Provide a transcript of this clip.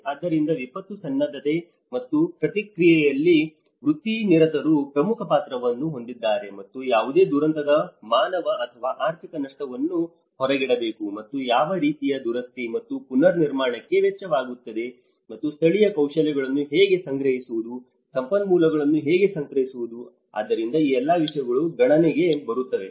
ಆದ್ದರಿಂದ ವಿಪತ್ತು ಸನ್ನದ್ಧತೆ ಮತ್ತು ಪ್ರತಿಕ್ರಿಯೆಯಲ್ಲಿ ವೃತ್ತಿನಿರತರು ಪ್ರಮುಖ ಪಾತ್ರವನ್ನು ಹೊಂದಿದ್ದಾರೆ ಮತ್ತು ಯಾವುದೇ ದುರಂತದ ಮಾನವ ಮತ್ತು ಆರ್ಥಿಕ ನಷ್ಟವನ್ನು ಹೊರಗಿಡಬೇಕು ಮತ್ತು ಯಾವ ರೀತಿಯ ದುರಸ್ತಿ ಮತ್ತು ಪುನರ್ನಿರ್ಮಾಣಕ್ಕೆ ವೆಚ್ಚವಾಗುತ್ತದೆ ಮತ್ತು ಸ್ಥಳೀಯ ಕೌಶಲ್ಯಗಳನ್ನು ಹೇಗೆ ಸಂಗ್ರಹಿಸುವುದು ಸಂಪನ್ಮೂಲಗಳನ್ನು ಹೇಗೆ ಸಂಗ್ರಹಿಸುವುದು ಆದ್ದರಿಂದ ಈ ಎಲ್ಲಾ ವಿಷಯಗಳು ಗಣನೆಗೆ ಬರುತ್ತವೆ